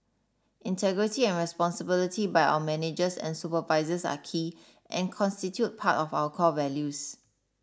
integrity and responsibility by our managers and supervisors are key and constitute part of our core values